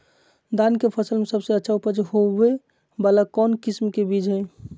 धान के फसल में सबसे अच्छा उपज होबे वाला कौन किस्म के बीज हय?